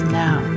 now